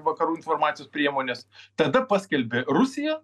vakarų informacijos priemonės tada paskelbė rusija